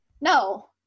no